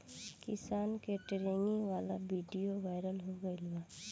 किसान के ट्रेनिंग वाला विडीओ वायरल हो गईल बा